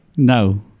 No